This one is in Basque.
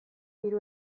hiru